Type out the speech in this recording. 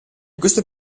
questo